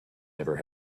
never